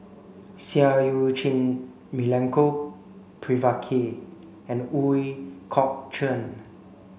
Seah Eu Chin Milenko Prvacki and Ooi Kok Chuen